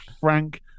Frank